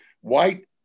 white